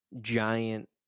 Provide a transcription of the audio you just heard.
Giant